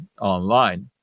online